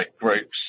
groups